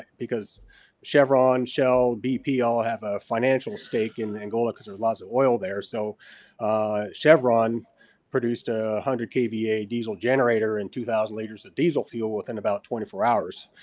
because chevron, shell, bp all have a financial stake in angola because there's lots of oil there. so chevron produced one ah hundred kva diesel generator and two thousand liters of diesel fuel within about twenty four hours.